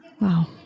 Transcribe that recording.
Wow